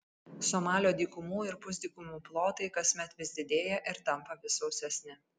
somalio dykumų ir pusdykumių plotai kasmet vis didėja ir tampa vis sausesni